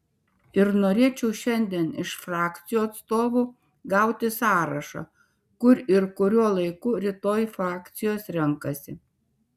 ir norėčiau šiandien iš frakcijų atstovų gauti sąrašą kur ir kuriuo laiku rytoj frakcijos renkasi